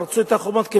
פרצו את החומות.